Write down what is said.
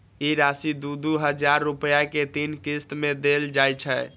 ई राशि दू दू हजार रुपया के तीन किस्त मे देल जाइ छै